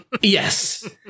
yes